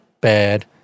bad